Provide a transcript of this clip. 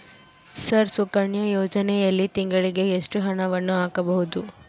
Sir Sukanya ಯೋಜನೆಯಲ್ಲಿ ತಿಂಗಳಿಗೆ ಎಷ್ಟು ಹಣವನ್ನು ಹಾಕಬಹುದು?